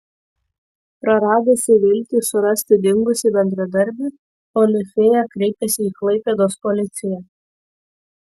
praradusi viltį surasti dingusį bendradarbį olifėja kreipėsi į klaipėdos policiją